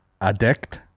addict